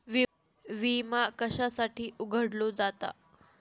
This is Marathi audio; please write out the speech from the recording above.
विमा कशासाठी उघडलो जाता?